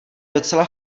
docela